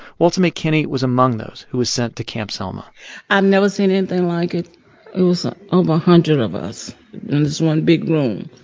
walta mae kennie was among those who was sent to camp selma i'd and never seen anything like it. it was over a hundred of us in this one big room.